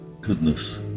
goodness